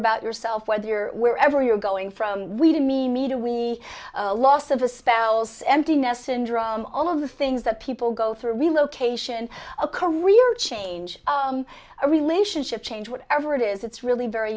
about yourself whether you're wherever you're going from we demean me to we loss of a spell's empty nest syndrome all of the things that people go through relocation a career change a relationship change whatever it is it's really very